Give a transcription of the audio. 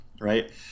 right